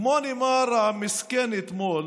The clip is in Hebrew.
כמו ניימאר המסכן אתמול,